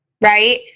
right